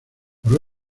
por